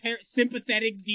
sympathetic